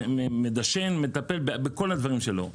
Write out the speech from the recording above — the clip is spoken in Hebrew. מדשן, מטפל בכל הדברים שלו.